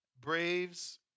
Braves